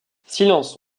silence